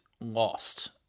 lost